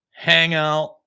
Hangout